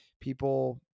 people